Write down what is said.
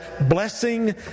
blessing